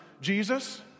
Jesus